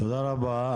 תודה רבה.